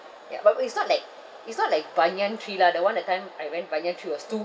ya but it's not like it's not like Banyan Tree lah the one that time I went Banyan Tree it was too